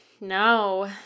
No